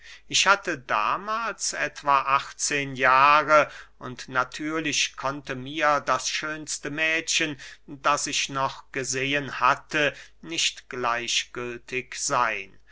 ich hatte damahls etwa achtzehn jahre und natürlich konnte mir das schönste mädchen das ich noch gesehen hatte nicht gleichgültig seyn